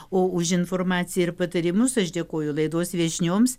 o už informaciją ir patarimus aš dėkoju laidos viešnioms